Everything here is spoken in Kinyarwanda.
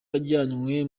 wajyanywe